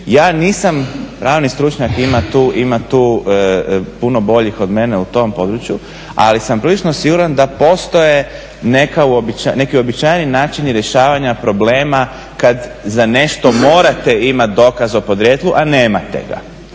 Ja nisam pravni stručnjak, ima tu puno boljih od mene u tom području, ali sam prilično siguran da postoje neki uobičajeni načini rješavanja problema kad za nešto morate imati dokaz o podrijetlu, a nemate ga.